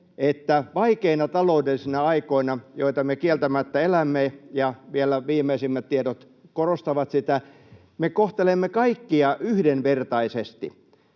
että vaikeina taloudellisina aikoina, joita me kieltämättä elämme — ja vielä viimeisimmät tiedot korostavat sitä — me kohtelemme kaikkia yhdenvertaisesti.